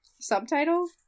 subtitle